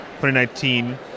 2019